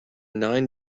nine